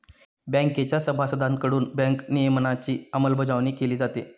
बँकेच्या सभासदांकडून बँक नियमनाची अंमलबजावणी केली जाते